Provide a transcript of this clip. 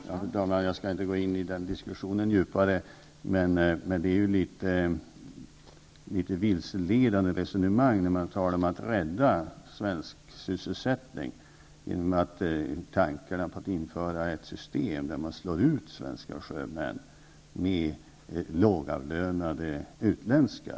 Fru talman! Jag skall inte gå djupare in i den diskussionen, men resonemanget är litet vilseledande när man talar om att rädda svensk sysselsättning genom tankar på att införa ett system där man slår ut svenska sjömän med lågavlönade utländska.